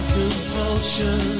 compulsion